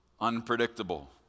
unpredictable